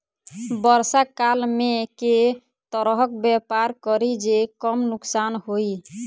वर्षा काल मे केँ तरहक व्यापार करि जे कम नुकसान होइ?